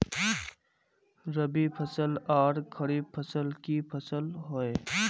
रवि फसल आर खरीफ फसल की फसल होय?